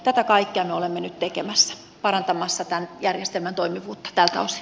tätä kaikkea me olemme nyt tekemässä parantamassa tämän järjestelmän toimivuutta tältä osin